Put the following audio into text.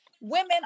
women